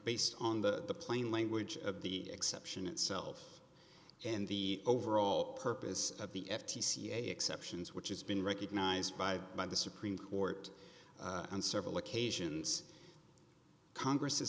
based on the plain language of the exception itself and the overall purpose of the f t c exceptions which has been recognized by by the supreme court on several occasions congress has